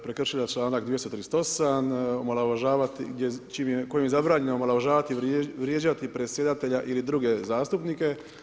prekršila članak 238. omalovažavati kojim je zabranjeno omalovažavati i vrijeđati predsjedatelja ili druge zastupnike.